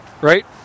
right